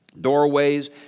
doorways